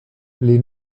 les